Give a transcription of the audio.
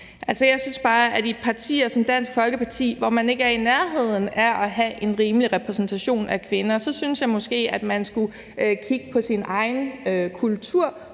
jeg synes bare, at man i partier som Dansk Folkeparti, hvor man ikke er i nærheden af at have en rimelig repræsentation af kvinder, måske skulle kigge på sin egen kultur